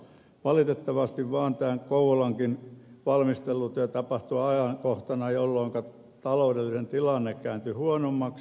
valitettavasti vaan tämän kouvolankin valmistelutyö tapahtui ajankohtana jolloinka taloudellinen tilanne kääntyi huonommaksi